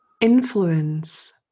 influence